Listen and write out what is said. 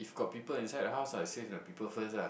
if got people inside the house ah save the people first ah